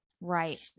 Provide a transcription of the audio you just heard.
right